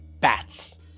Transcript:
bats